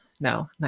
No